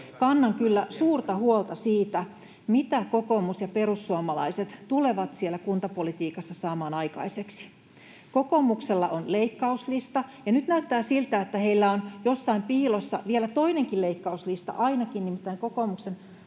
kannan kyllä suurta huolta siitä, mitä kokoomus ja perussuomalaiset tulevat siellä kuntapolitiikassa saamaan aikaiseksi. Kokoomuksella on leikkauslista, ja nyt näyttää siltä, että heillä on jossain piilossa vielä toinenkin leikkauslista, ainakin, nimittäin kokoomuksen